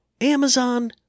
amazon